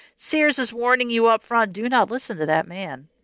sears is warning you up front do not listen to that man!